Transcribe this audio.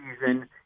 season